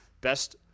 best